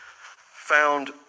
found